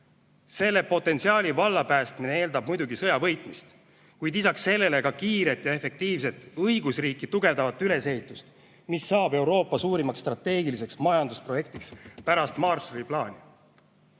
Selle potentsiaali vallapäästmine eeldab muidugi sõja võitmist, kuid lisaks sellele kiiret ja efektiivset õigusriiki tugevdavat ülesehitust, mis saab Euroopa suurimaks strateegiliseks majandusprojektiks pärast Marshalli plaani.